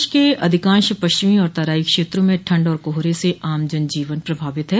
प्रदेश के अधिकांश पश्चिमी और तराई क्षेत्रों में ठंड और कोहरे से आम जन जीवन प्रभावित है